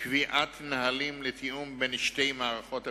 קביעת נהלים לתיאום בין שתי מערכות הפיקוח.